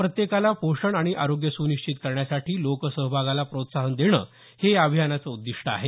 प्रत्येकाला पोषण आणि आरोग्य सुनिश्चित करण्यासाठी लोकसहभागाला प्रोत्साहन देणं हे या अभियानाचं उद्दीष्ट आहे